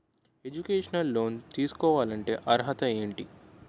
Educational loan తీసుకోవాలంటే అర్హత ఏంటి?